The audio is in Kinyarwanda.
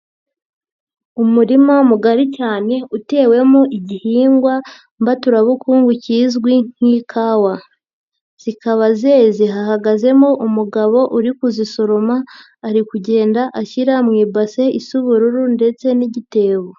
Umurima mugari cyane utewemo igihingwa mbaturabukungu kizwi nk'ikawa. Zikaba zeze hahagazemo umugabo uri kuzisoroma, ari kugenda ashyira mu ibase isa ubururu ndetse n'igitebo.